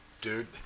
dude